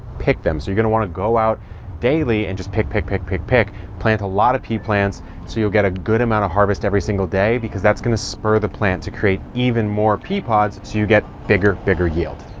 pick them. so you're gonna want to go out daily and just pick, pick, pick, pick, pick. plant a lot of pea plants so you'll get a good amount of harvest every single day because that's going to spur the plant to create even more pea pods so you get bigger, bigger yield.